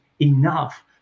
enough